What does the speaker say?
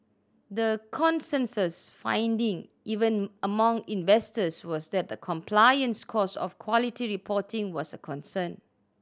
the consensus finding even among investors was that the compliance cost of quality reporting was a concern